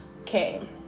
Okay